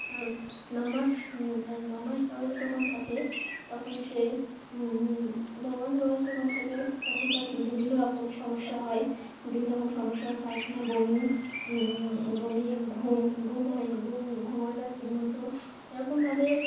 আর ন মাস আর ন মাস বয়স যখন থাকে তখন সে ন মাস বয়স যখন থাকে তখন তার বিভিন্ন রকম সমস্যা হয় বিভিন্ন রকম সমস্যা হয় পায়খানা বমি বমি ঘুম ঘুম হয় ঘুম ঘুম হয় না ঠিকমতো এরকমভাবে